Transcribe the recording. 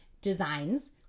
designs